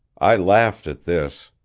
i laughed at this.